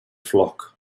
flock